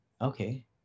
okay